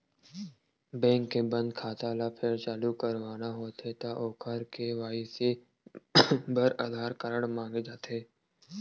bank के बंद खाता ल फेर चालू करवाना होथे त ओखर के.वाई.सी बर आधार कारड मांगे जाथे